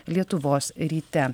lietuvos ryte